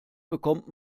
bekommt